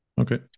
Okay